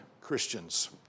Christians